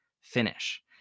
finish